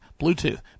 Bluetooth